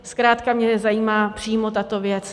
Zkrátka mě zajímá přímo tato věc.